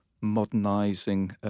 modernising